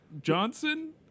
Johnson